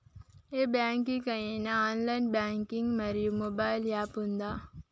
ఏ bank కి ఐనా online banking మరియు మొబైల్ యాప్ ఉందా?